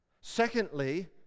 Secondly